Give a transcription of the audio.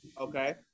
Okay